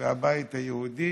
והבית היהודי